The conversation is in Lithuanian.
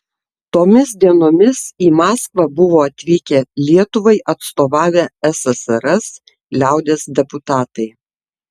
tomis dienomis į maskvą buvo atvykę lietuvai atstovavę ssrs liaudies deputatai